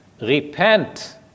repent